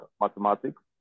mathematics